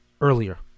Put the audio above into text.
earlier